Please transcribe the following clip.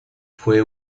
fue